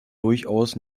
durchaus